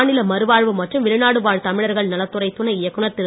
மாநில மறுவாழ்வு மற்றும் வெளிநாடு வாழ் தமிழர்கள் நலத்துறை துணை இயக்குனர் திரு